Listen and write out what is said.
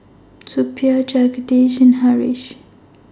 Suppiah Jagadish and Haresh